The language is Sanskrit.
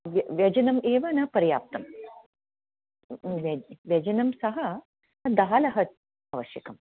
व्य व्यञ्जनम् एव न पर्याप्तं व्यञ्जनं व्यञ्जनं सः दालः अवश्यकम्